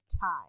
time